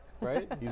Right